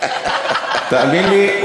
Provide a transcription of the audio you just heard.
תאמין לי,